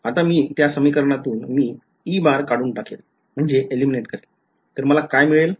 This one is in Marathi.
आता मी त्या समीकरणातून मी काढून टाकेल तर मला तसे मिळेल